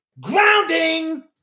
grounding